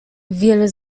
wiele